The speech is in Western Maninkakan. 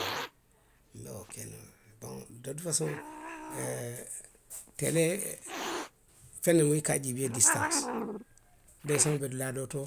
nboŋ de tuti le fasoŋ telee, feŋ miŋ a ka a juubee a disitansi, deeseŋo be dulaa doo to,